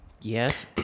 Yes